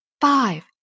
five